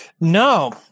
no